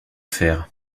faire